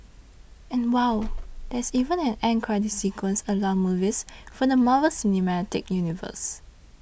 and wow there's even an end credit sequence a la movies from the Marvel cinematic universe